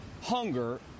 Hunger